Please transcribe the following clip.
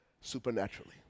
supernaturally